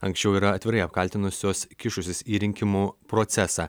anksčiau yra atvirai apkaltinusios kišusis į rinkimų procesą